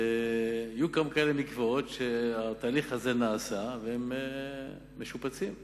יהיו גם כאלה מקוואות שהתהליך הזה נעשה בהם והם משופצים על-ידינו.